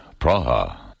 Praha